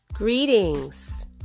Greetings